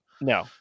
No